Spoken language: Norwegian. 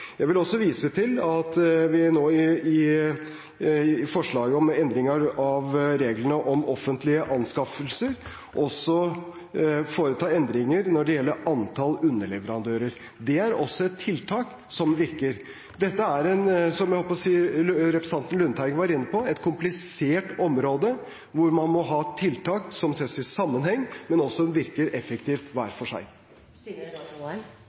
Jeg vil også vise til at vi nå i forslaget om endring av reglene for offentlige anskaffelser også foretar endringer når det gjelder antall underleverandører. Det er også et tiltak som virker. Dette er ‒ som representanten Lundteigen var inne på ‒ et komplisert område, hvor man må ha tiltak som ses i sammenheng, men som også virker effektivt